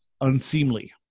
unseemly